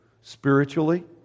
Spiritually